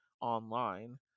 online